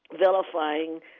vilifying